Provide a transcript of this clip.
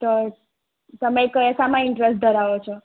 તો તમે કયા સા માં ઈન્ટરેસ્ટ ધરાવો છો